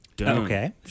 Okay